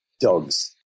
Dogs